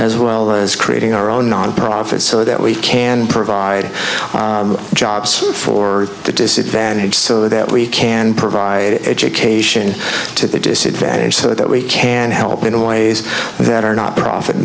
as well as creating our own nonprofit so that we can provide jobs for the disadvantaged so that we can provide education to the disadvantaged so that we can help in ways that are not profit